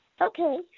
Okay